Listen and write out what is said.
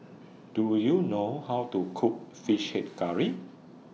Do YOU know How to Cook Fish Head Curry